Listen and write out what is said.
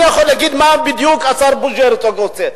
אני יכול להגיד מה בדיוק השר בוז'י הרצוג עושה,